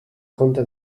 conte